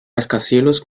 rascacielos